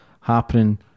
happening